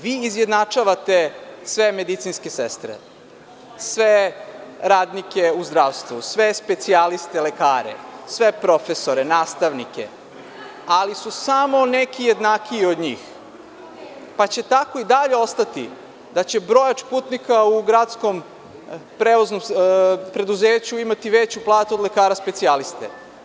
Vi izjednačavate sve medicinske sestre, sve radnike u zdravstvu, sve specijaliste lekare, sve profesore, nastavnike, ali su samo neki jednakiji od njih, pa će tako i dalje ostati da će brojač putnika u gradskom preduzeću imati veću platu od lekara specijaliste.